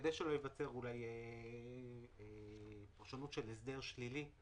כדי שלא תיווצר אולי פרשנות שלהסדר שלילי,